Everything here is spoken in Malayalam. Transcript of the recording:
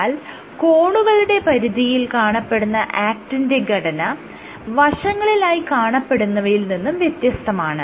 എന്നാൽ കോണുകളുടെ പരിധിയിൽ കാണപ്പെടുന്ന ആക്റ്റിന്റെ ഘടന വശങ്ങളിലായി കാണപ്പെടുന്നവയിൽ നിന്നും വ്യത്യസ്തമാണ്